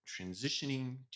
transitioning